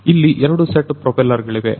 ಹಾಗಾಗಿ ಇಲ್ಲಿ ಎರಡು ಸೆಟ್ ಪ್ರೊಪೆಲ್ಲರ್ ಗಳಿವೆ